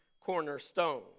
cornerstone